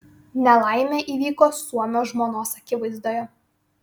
nelaimė įvyko suomio žmonos akivaizdoje